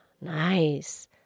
nice